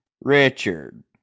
Richard